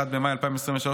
1 במאי 2023,